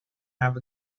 have